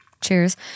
Cheers